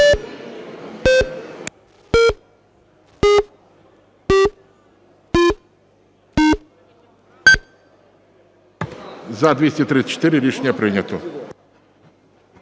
За-242 Рішення прийнято.